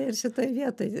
ir šitoj vietoj